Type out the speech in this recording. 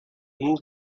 move